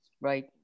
right